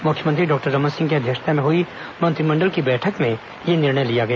मुख्यमंत्री डॉक्टर रमन सिंह की अध्यक्षता में हई मंत्रिमंडल की बैठक में यह निर्णय लिया गया